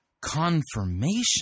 confirmation